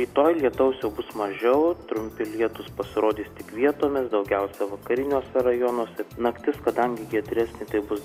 rytoj lietaus jau bus mažiau trumpi lietūs pasirodys tik vietomis daugiausia vakariniuose rajonuose naktis kadangi giedresnė tai bus